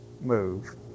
move